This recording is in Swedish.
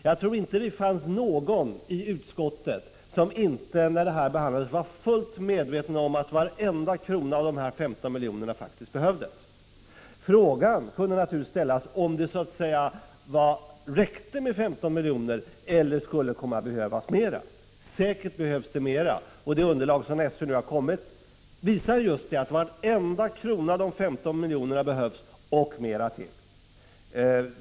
Jag tror inte det fanns någon i utskottet som när förslaget behandlades inte var fullt medveten om att varenda krona av de 15 miljonerna faktiskt behövdes. Frågan kunde naturligtvis ställas, om det räckte med 15 miljoner eller om det skulle komma att behövas mera. Säkert behövs det mera. Det underlag från SÖ som nu har kommit visar just att varenda krona av de 15 miljonerna behövs, och mer därtill.